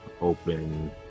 open